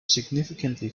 significantly